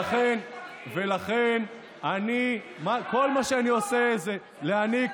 כל מה שאני עושה זה להעניק,